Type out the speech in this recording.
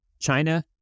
China